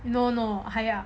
no no